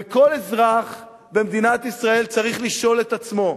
וכל אזרח במדינת ישראל צריך לשאול את עצמו: